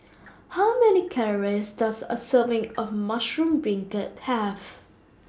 How Many Calories Does A Serving of Mushroom Beancurd Have